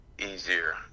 easier